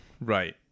Right